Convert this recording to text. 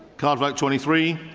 card vote twenty three,